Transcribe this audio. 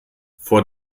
vor